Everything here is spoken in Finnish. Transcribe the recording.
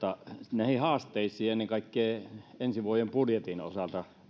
näihin haasteisiin ennen kaikkea ensi vuoden budjetin osalta